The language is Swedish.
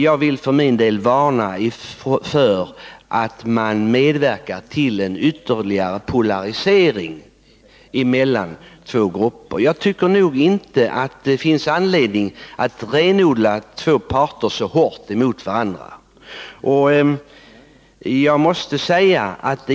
Jag vill för min del varna för att man medverkar till en ytterligare polarisering mellan två grupper. Jag tycker inte att det finns anledning att renodla två parters ståndpunkter så hårt och ställa dem mot varandra.